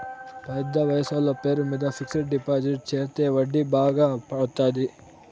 పెద్ద వయసోళ్ల పేరు మీద ఫిక్సడ్ డిపాజిట్ చెత్తే వడ్డీ బాగా వత్తాది